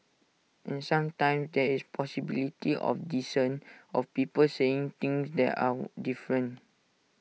and sometimes there is possibility of dissent of people saying things that are different